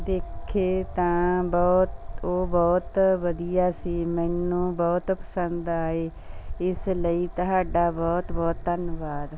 ਦੇਖੇ ਤਾਂ ਬਹੁਤ ਉਹ ਬਹੁਤ ਵਧੀਆ ਸੀ ਮੈਨੂੰ ਬਹੁਤ ਪਸੰਦ ਆਏ ਇਸ ਲਈ ਤੁਹਾਡਾ ਬਹੁਤ ਬਹੁਤ ਧੰਨਵਾਦ